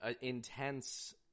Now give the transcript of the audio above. intense